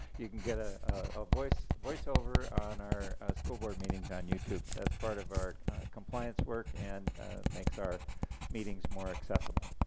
you can get ah ah a voiceover on our school board meetings on youtube that's part of our compliance work and makes our meetings more accessible.